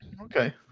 Okay